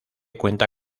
cuenta